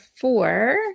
four